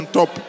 top